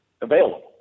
available